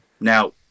Now